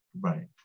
Right